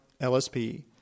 LSP